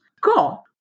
Cool